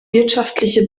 wirtschaftliche